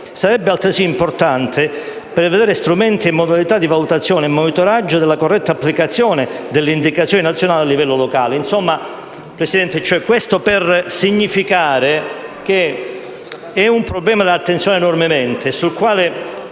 sarebbe altresì importante prevedere strumenti e modalità di valutazione e monitoraggio della corretta applicazione delle indicazioni nazionali a livello locale. Questo sta a significare che è un problema da attenzionare enormemente e sul quale